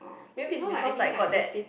maybe is like got that